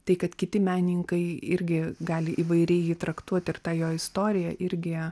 tai kad kiti menininkai irgi gali įvairiai jį traktuoti ir tą jo istoriją irgi